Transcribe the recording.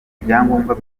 ibyangombwa